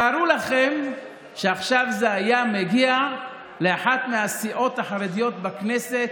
תארו לכם שעכשיו זה היה מגיע לאחת מהסיעות החרדיות בכנסת,